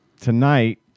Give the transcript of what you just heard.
Tonight